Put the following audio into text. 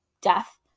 death